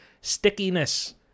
Stickiness